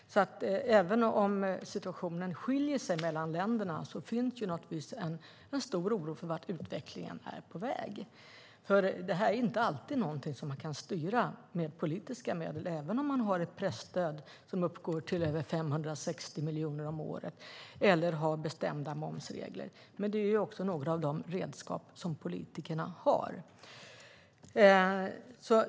Även om situationen skiljer sig åt mellan länderna finns det naturligtvis en stor oro för vart utvecklingen är på väg. Det här är inte alltid någonting som man kan styra med politiska medel även om man har ett presstöd som uppgår till över 560 miljoner om året eller har bestämda momsregler. Men det är några av de redskap som politikerna har.